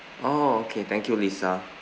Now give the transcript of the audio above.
oh okay thank you lisa